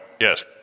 Yes